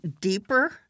deeper